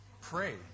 Pray